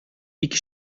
ике